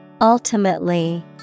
Ultimately